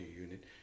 unit